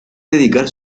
dedicar